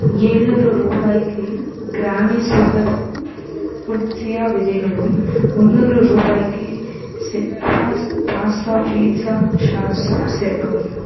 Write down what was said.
எழுநூறு ரூபாய்க்கு கிராமி சூப்பர் ஃபுட் சியா விதைகளும் முன்னூறு ரூபாய்க்கு செப் பாஸ் பாஸ்தா பீட்ஸா சாஸும் சேர்க்கவும்